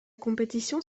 compétition